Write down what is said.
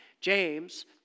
James